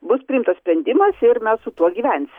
bus priimtas sprendimas ir mes su tuo gyvensim